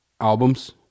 albums